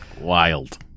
Wild